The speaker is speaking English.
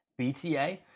BTA